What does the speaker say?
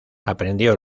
aprendió